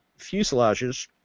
fuselages